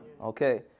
Okay